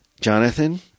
Jonathan